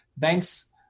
thanks